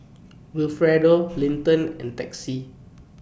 Wilfredo Linton and Texie